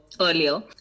earlier